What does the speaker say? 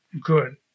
good